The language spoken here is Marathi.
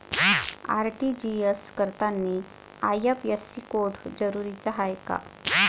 आर.टी.जी.एस करतांनी आय.एफ.एस.सी कोड जरुरीचा हाय का?